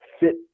fit